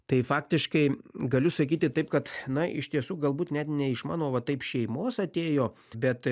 tai faktiškai galiu sakyti taip kad na iš tiesų galbūt net ne iš mano va taip šeimos atėjo bet